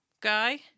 guy